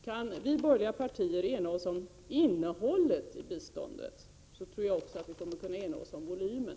Kan vi inom de borgerliga partierna ena oss om innehållet i biståndet, så tror jag också att vi kommer att kunna ena oss om volymen.